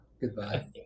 goodbye